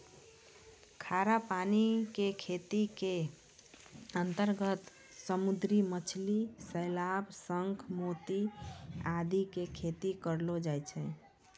खारा पानी के खेती के अंतर्गत समुद्री मछली, शैवाल, शंख, मोती आदि के खेती करलो जाय छै